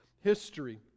history